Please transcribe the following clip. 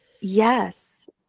Yes